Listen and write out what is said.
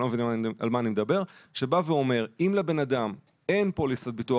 כולם מבינים על מה אני מדבר שאומר שאם לבן אדם אין פוליסת ביטוח